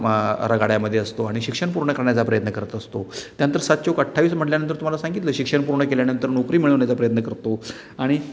रगाड्यामध्ये असतो आणि शिक्षण पूर्ण करण्याचा प्रयत्न करत असतो त्यानंतर सात चोक अठ्ठावीस म्हटल्यानंतर तुम्हाला सांगितलं शिक्षण पूर्ण केल्यानंतर नोकरी मिळवण्याचा प्रयत्न करतो आणि